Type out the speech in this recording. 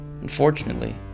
Unfortunately